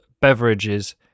beverages